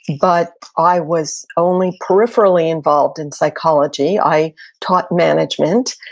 but i was only peripherally involved in psychology. i taught management,